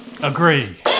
Agree